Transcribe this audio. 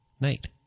night